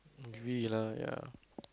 agree lah ya